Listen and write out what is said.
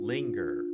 Linger